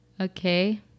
Okay